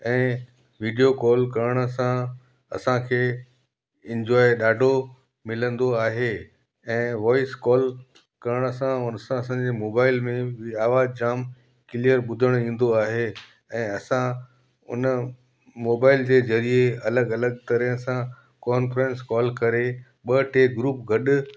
ऐं video call करण सां असांखे इंजॉय ॾाढो मिलंदो आहे ऐं वॉइस कॉल करण सां उन सां सॼे मोबाइल में बि आवाज़ु जाम क्लीयर ॿुधणु ईंदो आहे ऐं असां उन मोबाइल जे ज़रिए अलॻि अलॻि तरह सां कॉंफ्रेंस कॉल करे ॿ टे ग्रुप गॾु